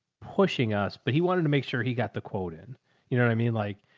pushing us, but he wanted to make sure he got the quote in, you know what i mean? like,